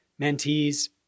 mentees